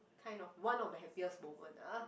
kind of one of the happiest moment ah